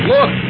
Look